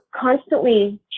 constantly